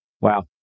wow